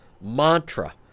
mantra